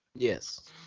Yes